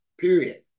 Period